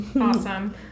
Awesome